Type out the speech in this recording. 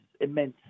immense